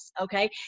okay